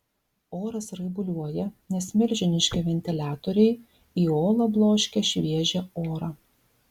oras raibuliuoja nes milžiniški ventiliatoriai į olą bloškia šviežią orą